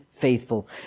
Faithful